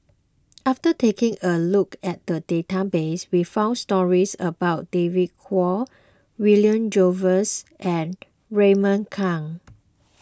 after taking a look at the database we found stories about David Kwo William Jervois and Raymond Kang